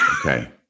okay